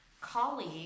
colleague